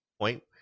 point